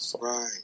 Right